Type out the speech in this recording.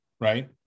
right